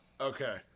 Okay